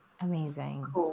Amazing